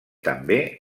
també